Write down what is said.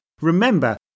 Remember